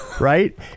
Right